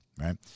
Right